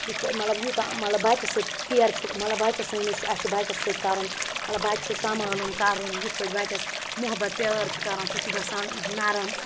مَطلَب یوٗتاہ مَطلَب بَچس کیر چھِ مَطلَب بَچس سٲنِس چھِ اسہِ چھُ بَچَس سۭتۍ کَرُن مَطلَب بَچہٕ چھُ سَمبالُن کَرُن یِتھ پٲٹھۍ بَچَس مُحَبَت پیار چھِ کَران سُہ چھُ گَژھان نَرم